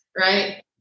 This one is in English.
Right